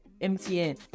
MTN